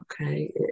okay